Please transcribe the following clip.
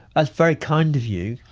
that's very kind of you,